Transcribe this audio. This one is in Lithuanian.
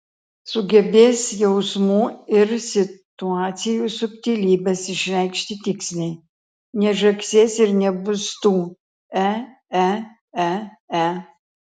sugebės jausmų ir situacijų subtilybes išreikšti tiksliai nežagsės ir nebus tų e e e e